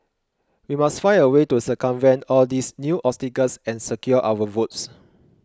we must find a way to circumvent all these new obstacles and secure our votes